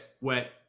wet